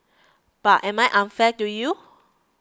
but am I unfair to you